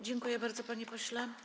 Dziękuję bardzo, panie pośle.